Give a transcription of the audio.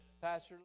pastor